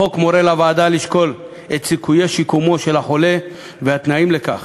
החוק מורה לוועדה לשקול את סיכויי שיקומו של החולה ואת התנאים לכך,